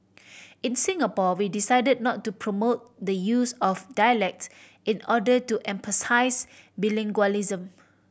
in Singapore we decided not to promote the use of dialects in order to emphasise bilingualism